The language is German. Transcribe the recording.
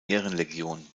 ehrenlegion